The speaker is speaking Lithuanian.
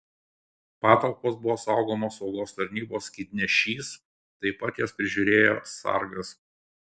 patalpos buvo saugomos saugos tarnybos skydnešys taip pat jas prižiūrėjo sargas